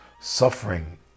suffering